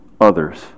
others